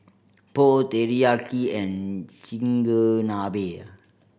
Pho Teriyaki and Chigenabe